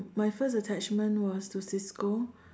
my first attachment was to cisco